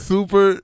Super